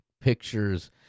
pictures